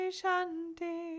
shanti